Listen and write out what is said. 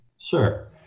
Sure